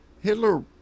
Hitler